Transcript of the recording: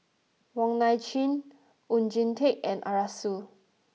Wong Nai Chin Oon Jin Teik and Arasu